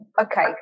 Okay